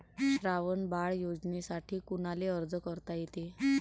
श्रावण बाळ योजनेसाठी कुनाले अर्ज करता येते?